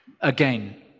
again